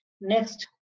next